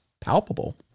palpable